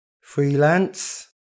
freelance